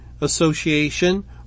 association